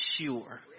sure